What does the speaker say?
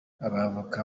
abavoka